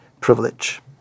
privilege